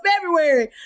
February